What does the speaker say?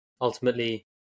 ultimately